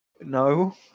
No